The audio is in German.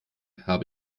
habe